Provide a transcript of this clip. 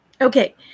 okay